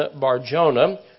Barjona